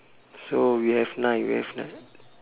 so we have nine we have nine